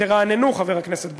תרעננו, חבר הכנסת בר-לב.